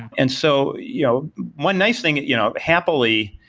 and so you know one nice thing you know happily,